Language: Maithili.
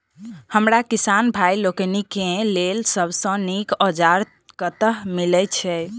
हमरा किसान भाई लोकनि केँ लेल सबसँ नीक औजार कतह मिलै छै?